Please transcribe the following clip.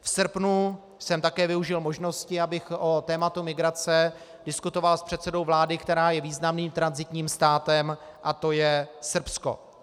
V srpnu jsem také využil možnosti, abych o tématu migrace diskutoval s předsedou vlády, která je významným tranzitním státem, a to je Srbsko.